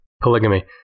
Polygamy